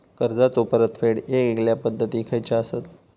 कर्जाचो परतफेड येगयेगल्या पद्धती खयच्या असात?